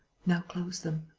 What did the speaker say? now close them.